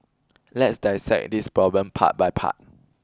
let's dissect this problem part by part